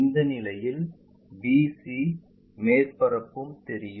இந்த நிலையில் bc மேற்பரப்பும் தெரியும்